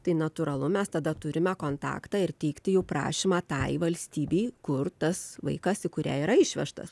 tai natūralu mes tada turime kontaktą ir teikti jau prašymą tai valstybei kur tas vaikas į kurią yra išvežtas